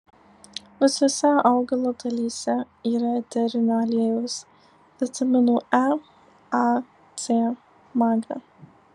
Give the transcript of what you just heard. visose augalo dalyse yra eterinio aliejaus vitaminų e a c magnio